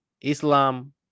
Islam